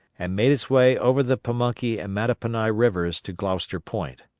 and made its way over the pamunkey and mattapony rivers to gloucester point.